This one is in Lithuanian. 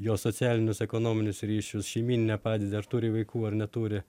jo socialinius ekonominius ryšius šeimyninę padėtį ar turi vaikų ar neturi